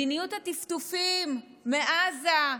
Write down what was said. מדיניות הטפטופים מעזה,